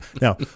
Now